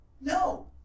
No